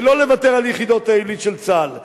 ולא לוותר על יחידות העילית של צה"ל,